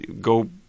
Go